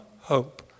hope